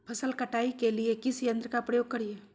फसल कटाई के लिए किस यंत्र का प्रयोग करिये?